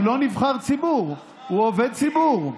הוא לא נבחר ציבור, הוא עובד ציבור.